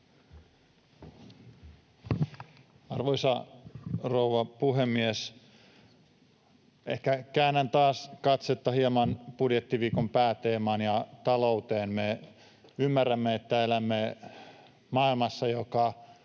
Arvoisa rouva puhemies! Ehkä käännän taas katsetta hieman budjettiviikon pääteemaan, talouteen. Me ymmärrämme, että elämme maailmassa, joka